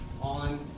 on